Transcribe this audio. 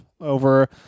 over